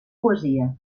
poesia